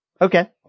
Okay